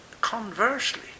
conversely